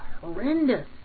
horrendous